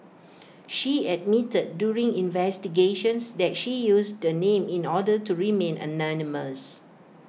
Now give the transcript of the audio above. she admitted during investigations that she used the name in order to remain anonymous